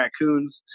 raccoons